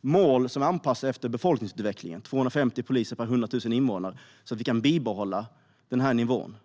mål som är anpassat efter befolkningsutvecklingen - 250 poliser per 100 000 invånare - så att vi kan bibehålla den här nivån.